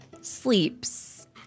Sleeps